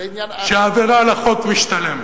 שהעבירה על החוק משתלמת?